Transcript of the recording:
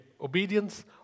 obedience